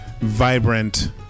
vibrant